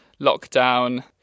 lockdown